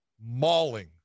mauling